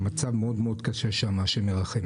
המצב שם מאוד מאוד קשה, השם ירחם.